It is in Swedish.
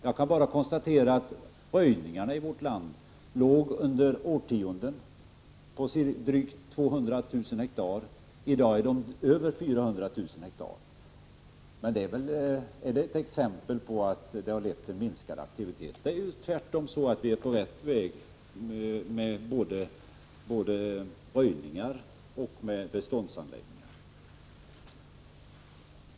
Jag kan bara konstatera att röjningarna i vårt land under årtionden låg på drygt 200 000 ha; i dag ligger de på över 400 000 ha. Är det ett exempel på att lagen har lett till minskad aktivitet? Tvärtom är vi på rätt väg med både röjningar och beståndsanläggningar.